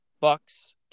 Bucks